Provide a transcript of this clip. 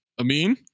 Amin